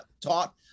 taught